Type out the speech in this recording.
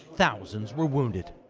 thousands were wounded.